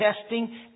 testing